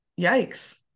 yikes